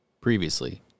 previously